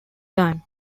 time